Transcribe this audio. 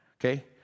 Okay